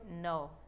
No